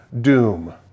doom